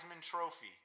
Trophy